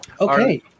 Okay